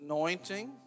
Anointing